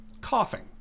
coughing